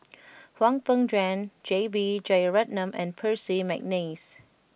Hwang Peng Yuan J B Jeyaretnam and Percy McNeice